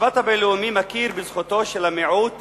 המשפט הבין-לאומי מכיר בזכותו של המיעוט